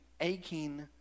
aching